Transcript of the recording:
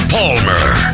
Palmer